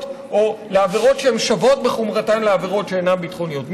או לעבירות שהן שוות בחומרתן לעבירות שאינן ביטחוניות.